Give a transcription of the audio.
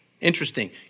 Interesting